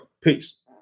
Peace